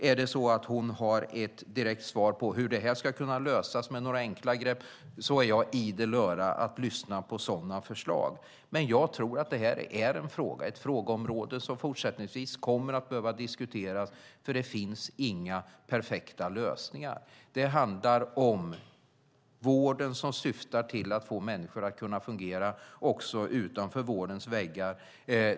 Är det så att hon har ett direkt svar på hur det här ska kunna lösas med några enkla grepp är jag idel öra att lyssna på sådana förslag. Men jag tror att det här är ett frågeområde som fortsättningsvis kommer att behöva diskuteras, för det finns inga perfekta lösningar. Det handlar om vård som syftar till att få människor att kunna fungera också utanför vårdens väggar.